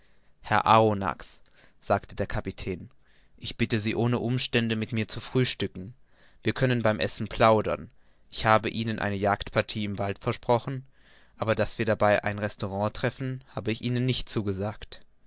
herr arronax sagte der kapitän ich bitte sie ohne umstände mit mir zu frühstücken wir können beim essen plaudern ich habe ihnen eine jagdpartie im wald versprochen aber daß wir dabei einen restaurant treffen habe ich ihnen nicht zugesagt